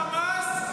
החמאס.